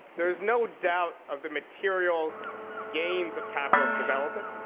there's no doubt of the material gains of capitalist development,